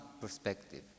perspective